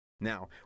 Now